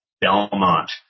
Belmont